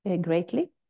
greatly